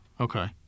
Okay